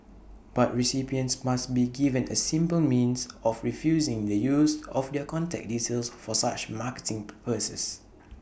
but recipients must be given A simple means of refusing the use of their contact details for such marketing purposes